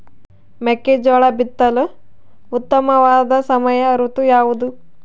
ಮೆಕ್ಕೆಜೋಳ ಬಿತ್ತಲು ಉತ್ತಮವಾದ ಸಮಯ ಋತು ಯಾವುದು?